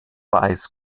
weiss